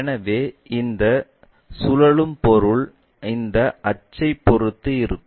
எனவே இந்த சுழலும் பொருள் இந்த அச்சைப் பொறுத்து இருக்கும்